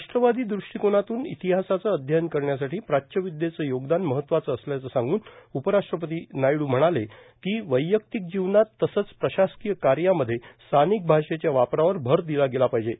राष्ट्रवादी दृष्टीकोनातून इतिहासाचं अध्ययन करण्यासाठी प्राच्यविद्येचं योगदान महत्वाचं असल्याचं सांगूल उपराष्ट्रपती नायडू म्हणाले की वैयक्तिक जीवनात तसंच प्रशासकीय कार्यामध्ये स्थानिक भाषेच्या वापरावर भर दिला गेला पाहिजे